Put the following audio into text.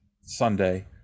Sunday